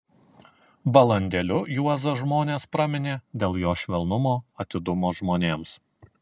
balandėliu juozą žmonės praminė dėl jo švelnumo atidumo žmonėms